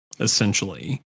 essentially